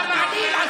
אתה לא תגיד לי לשבת.